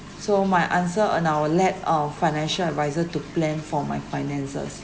so my answer on I will let uh financial adviser to plan for my finances